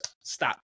stop